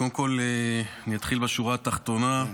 קודם כול אני אתחיל בשורה התחתונה: